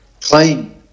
clean